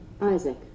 Isaac